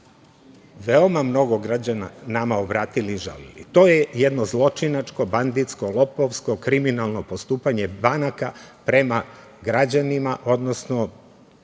veoma mnogo građana nama obratili i žalili. To je jedno zločinačko, banditsko, lopovsko, kriminalno postupanje banaka prema građanima, odnosno